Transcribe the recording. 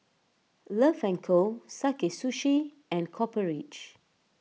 Love and Co Sakae Sushi and Copper Ridge